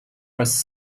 was